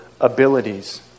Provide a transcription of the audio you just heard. abilities